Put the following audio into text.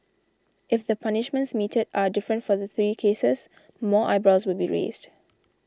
if the punishments meted are different for the three cases more eyebrows will be raised